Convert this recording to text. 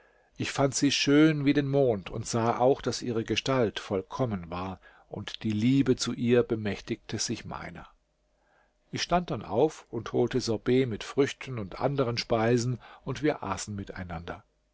ich fand sie schön wie den mond und sah auch daß ihre gestalt vollkommen war und die liebe zu ihr bemächtigte sich meiner ich stand dann auf und holte sorbet mit früchten und anderen speisen und wir aßen miteinander